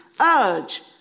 urge